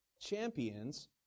champions